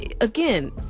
again